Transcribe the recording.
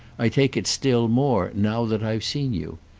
i take it still more now that i've seen you.